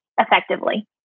effectively